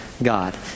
God